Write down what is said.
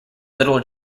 little